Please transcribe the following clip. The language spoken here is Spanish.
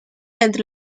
entre